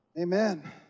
Amen